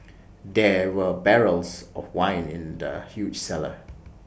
there were barrels of wine in the huge cellar